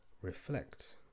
reflect